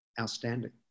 outstanding